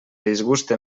disguste